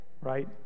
right